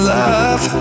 love